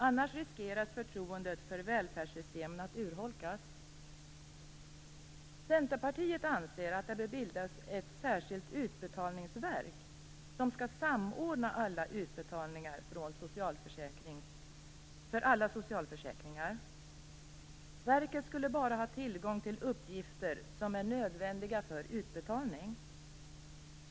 Annars riskerar förtroendet för välfärdssystemen att urholkas. Centerpartiet anser att det bör bildas ett särskilt utbetalningsverk som skall samordna alla utbetalningar för alla socialförsäkringar. Verket skulle ha tillgång bara till uppgifter som är nödvändiga för utbetalning.